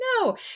no